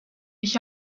ich